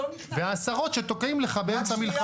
ועשרות שתוקעים לך באמצע מלחמה.